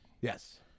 Yes